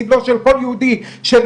סבלו של כל יהודי שנהרג,